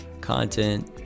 Content